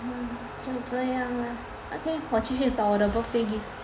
就这样了 okay 我继续找我的 birthday gift